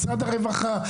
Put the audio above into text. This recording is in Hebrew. משרד הרווחה,